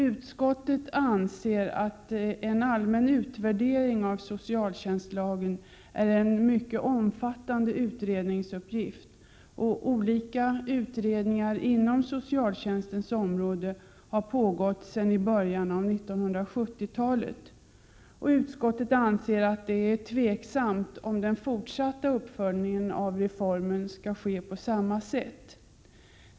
Utskottet anser att en allmän utvärdering av socialtjänstlagen är en mycket omfattande utredningsuppgift. Olika utredningar inom socialtjänstens område har pågått sedan början av 1970-talet, och det är tveksamt om den fortsatta uppföljningen av reformen skall ske på samma sätt.